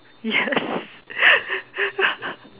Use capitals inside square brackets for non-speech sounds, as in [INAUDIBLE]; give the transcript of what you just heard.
yes [LAUGHS]